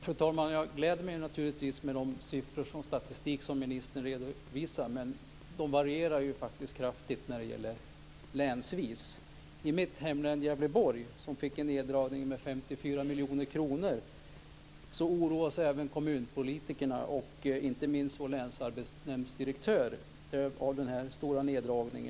Fru talman! Jag gläder mig naturligtvis över den statistik och de siffror som näringsministern redovisar, men de varierar ju kraftigt i olika län. I mitt hemlän, Gävleborg, som fick en neddragning med 54 miljoner kronor oroar sig även kommunpolitikerna och inte minst länsarbetsnämndens direktör över denna stora neddragning.